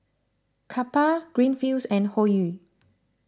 Kappa Greenfields and Hoyu